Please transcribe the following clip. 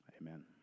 Amen